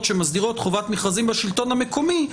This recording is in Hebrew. שמסדירות חובת מכרזים בשלטון המקומי,